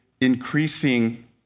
increasing